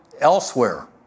elsewhere